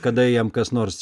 kada jam kas nors